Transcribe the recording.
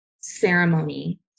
ceremony